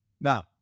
Now